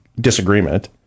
disagreement